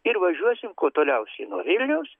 ir važiuosim kuo toliausiai nuo vilniaus